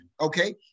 Okay